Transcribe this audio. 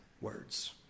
words